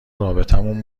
رابطمون